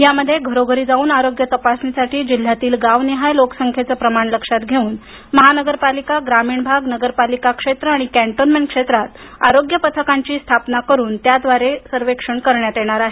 यामध्ये घरोघरी जाऊन आरोग्य तपासणीसाठी जिल्ह्यातील गावनिहाय लोकसंख्येचे प्रमाण लक्षात घेता महानगरपालिका ग्रामीण भाग नगरपालिका क्षेत्र आणि कॅन्टोन्मेंट क्षेत्रात आरोग्य पथकांची स्थापना करून त्यांच्याद्वारे सर्वेक्षण करण्यात येणार आहे